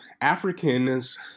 Africans